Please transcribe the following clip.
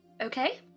okay